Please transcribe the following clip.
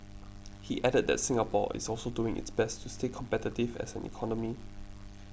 he added that Singapore is also doing its best to stay competitive as an economy